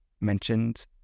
mentioned